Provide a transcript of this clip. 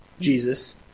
Jesus